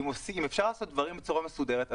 אם אפשר לעשות דברים בצורה מסודרת,